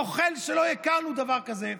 נוכל שלא הכרנו דבר כזה,